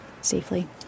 safely